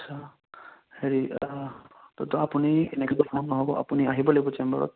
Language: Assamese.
আচ্ছা হেৰি দাদা আপুনি এনেকেতো কাম নহ'ব আপুনি আহিব লাগিব চেম্বাৰত